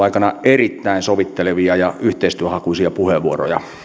aikana erittäin sovittelevia ja yhteistyöhakuisia puheenvuoroja